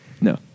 No